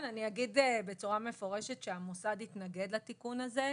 אני אגיד בצורה מפורשת שהמוסד לביטוח לאומי התנגד לתיקון הזה.